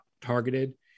targeted